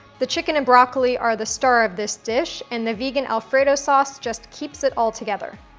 the chicken and broccoli are the star of this dish and the vegan alfredo sauce just keeps it all together.